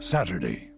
Saturday